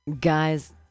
guys